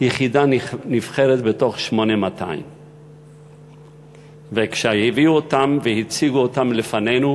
יחידה נבחרת בתוך 8200. וכשהביאו אותם והציגו אותם לפנינו,